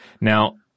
Now